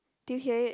did you hear it